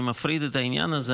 אני מפריד את העניין הזה,